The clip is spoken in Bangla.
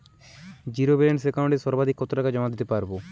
জীরো ব্যালান্স একাউন্টে সর্বাধিক কত টাকা জমা দিতে পারব?